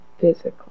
physically